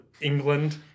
England